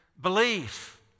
belief